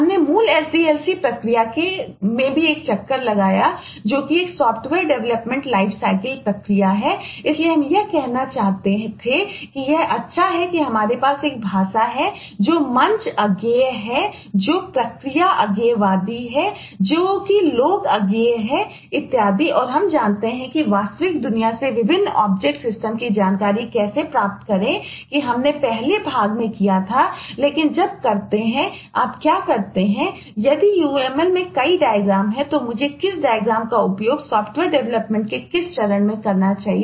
हमने मूल sdlc प्रक्रिया में एक चक्कर भी लगाया जो कि एक सॉफ्टवेयर डेवलपमेंट लाइफसाइकिल के किस चरण में करना चाहिए